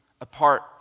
apart